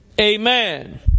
amen